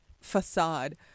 facade